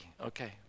Okay